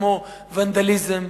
כמו ונדליזם,